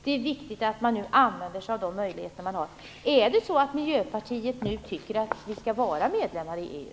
Det är viktigt att man nu använder sig av de möjligheter man har. Är det så att Miljöpartiet nu tycker att vi skall vara medlemmar i EU?